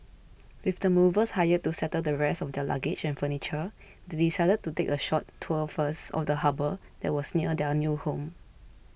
with the movers hired to settle the rest of their luggage and furniture they decided to take a short tour first of the harbour that was near their new home